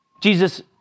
Jesus